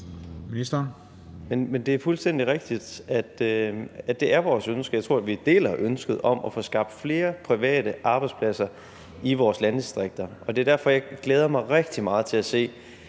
Men det er fuldstændig rigtigt, at det er vores ønske. Jeg tror, vi deler ønsket om at få skabt flere private arbejdspladser i vores landdistrikter. Og det er derfor, jeg glæder mig rigtig meget til at se,